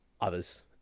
Others